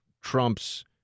Trump's